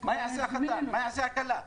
מה יעשה החתן, הכלה?